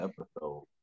episode